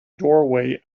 doorway